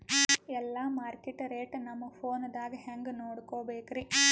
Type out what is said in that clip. ಎಲ್ಲಾ market rate ನಮ್ ಫೋನದಾಗ ಹೆಂಗ ನೋಡಕೋಬೇಕ್ರಿ?